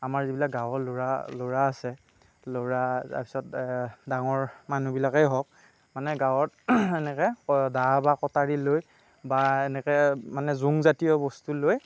আমাৰ যিবিলাক গাঁৱৰ ল'ৰা আছে ল' ৰা তাৰপিছত ডাঙৰ মানুহবিলাকেই হওক মানে গাঁৱত এনেকৈ দা বা কটাৰী লৈ বা এনেকৈ মানে জোংজাতীয় বস্তু লৈ